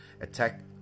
attack